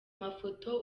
mafoto